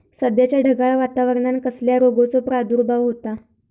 सध्याच्या ढगाळ वातावरणान कसल्या रोगाचो प्रादुर्भाव होता?